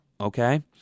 okay